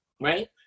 Right